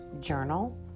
journal